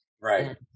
Right